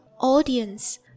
audience